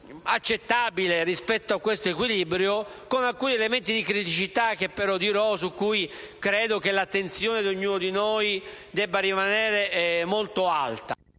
accettabile rispetto a questo equilibrio, seppure con alcuni elementi di criticità, di cui dirò, su cui credo che l'attenzione di ognuno di noi debba rimanere molto alta.